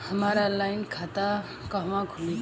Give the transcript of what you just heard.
हमार ऑनलाइन खाता कहवा खुली?